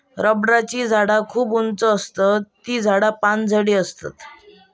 रबराची झाडा खूप उंच आसतत ती झाडा पानझडी आसतत